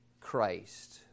Christ